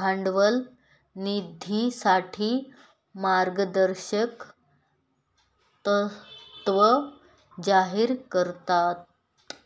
भांडवल निधीसाठे मार्गदर्शक तत्त्व जाहीर करात